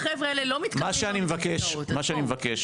מה שאני מבקש,